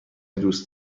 دوست